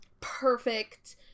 perfect